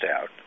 out